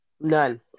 None